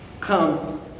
Come